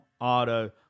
auto